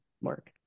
work